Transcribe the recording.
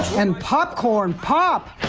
and popcorn pop.